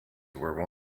were